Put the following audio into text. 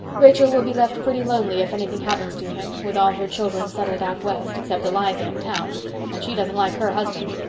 rachel will be left pretty lonely if anything happens to him, with all her children settled out west, except eliza in town and she doesn't like her husband.